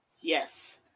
Yes